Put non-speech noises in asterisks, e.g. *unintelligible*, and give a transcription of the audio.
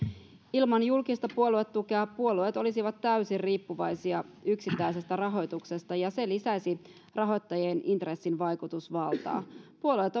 ilman julkista puoluetukea puolueet olisivat täysin riippuvaisia yksittäisestä rahoituksesta ja se lisäisi rahoittajien intressin vaikutusvaltaa puolueet *unintelligible*